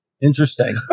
Interesting